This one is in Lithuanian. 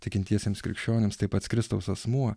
tikintiesiems krikščionims tai pats kristaus asmuo